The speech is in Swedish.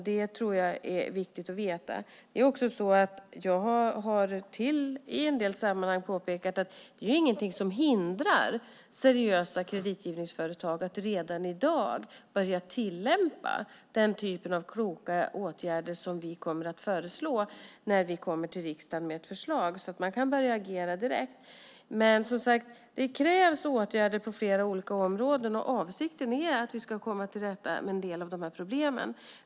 Det tror jag är viktigt att veta. Jag har i en del sammanhang påpekat att det inte är någonting som hindrar seriösa kreditgivningsföretag att redan i dag börja tillämpa den typen av kloka åtgärder som vi kommer att föreslå när vi kommer till riksdagen med ett förslag. Man kan alltså börja agera direkt. Det krävs alltså åtgärder på flera olika områden. Avsikten är att vi ska komma till rätta med en del av dessa problem.